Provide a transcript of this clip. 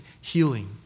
healing